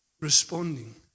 responding